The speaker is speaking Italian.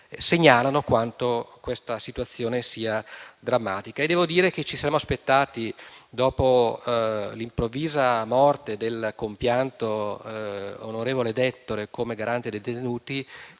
segnalano quanto la situazione sia drammatica. Devo dire che ci saremmo aspettati, dopo l'improvvisa morte del compianto onorevole D'Ettore come garante dei detenuti,